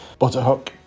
butterhook